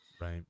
Right